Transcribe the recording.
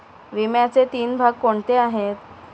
विम्याचे तीन भाग कोणते आहेत?